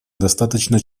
достаточно